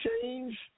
change